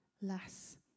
less